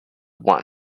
won